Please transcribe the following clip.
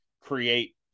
create